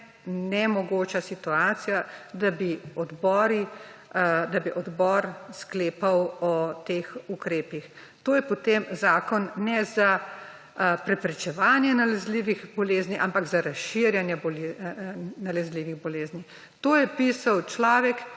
nemogoča situacija, da bi odbor sklepal o teh ukrepih. To je potem zakon ne za preprečevanje nalezljivih bolezni, ampak za razširjanje nalezljivih bolezni. To je pisal človek,